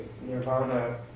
Nirvana